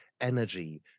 energy